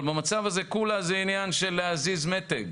אבל במצב הזה זה בסך הכול עניין של להזיז מתג.